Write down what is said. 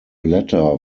latter